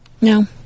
No